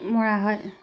মৰা হয়